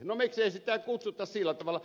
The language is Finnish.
no miksei sitä kutsuta sillä tavalla